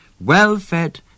well-fed